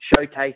showcase